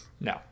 No